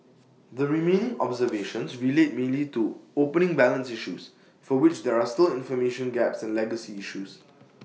the remaining observations relate mainly to opening balance issues for which there are still information gaps and legacy issues